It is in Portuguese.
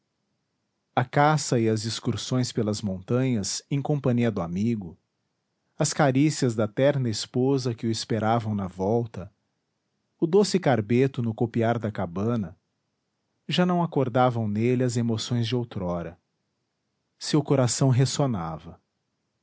a caça e as excursões pelas montanhas em companhia do amigo as carícias da terna esposa que o esperavam na volta o doce carbeto no copiar da cabana já não acordavam nele as emoções de outrora seu coração